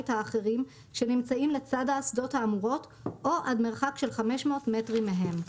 האחרים שנמצאים לצד האסדות האמורות או עד מרחק של 500 מטרים מהם.